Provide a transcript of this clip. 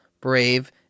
brave